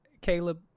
Caleb